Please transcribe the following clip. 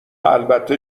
البته